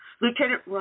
Lieutenant